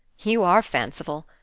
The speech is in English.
you are fanciful.